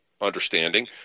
understanding